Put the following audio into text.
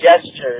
gestures